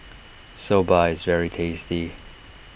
Soba is very tasty